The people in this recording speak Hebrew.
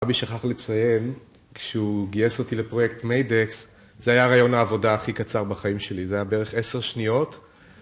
אבי שכח לציין, כשהוא גייס אותי לפרויקט מיידקס, זה היה ראיון העבודה הכי קצר בחיים שלי, זה היה בערך עשר שניות.